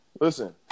Listen